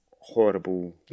horrible